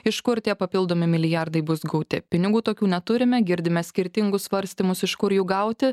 iš kur tie papildomi milijardai bus gauti pinigų tokių neturime girdime skirtingus svarstymus iš kur jų gauti